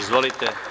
Izvolite.